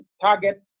target